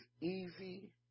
easy